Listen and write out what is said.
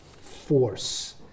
force